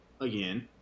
again